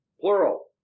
plural